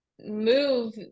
move